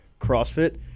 crossfit